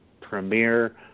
premier